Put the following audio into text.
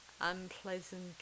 unpleasant